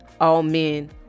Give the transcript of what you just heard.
all-men